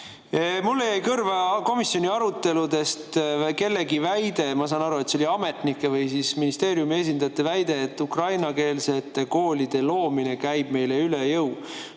Mulle jäi komisjoni aruteludest kõrva kellegi väide – ma sain aru, et see oli ametnike või ministeeriumi esindajate väide –, et ukrainakeelsete koolide loomine käib meile üle jõu.